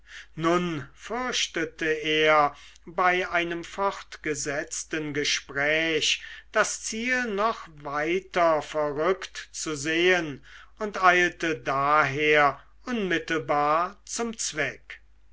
nun fürchtete er bei einem fortgesetzten gespräch das ziel noch weiter verrückt zu sehen und eilte daher unmittelbar zum zweck